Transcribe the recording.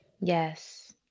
Yes